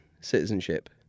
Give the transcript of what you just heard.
citizenship